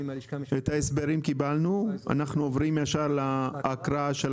את ההסברים קיבלנו ואנחנו עוברים ישר להקראה.